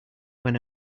when